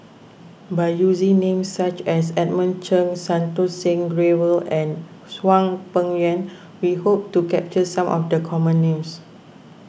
by using names such as Edmund Cheng Santokh Singh Grewal and Hwang Peng Yuan we hope to capture some of the common names